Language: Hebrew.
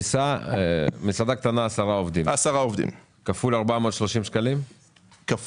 מסעדה קטנה עם 10 עובדים, כפול 430 שקלים,